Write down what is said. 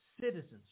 citizens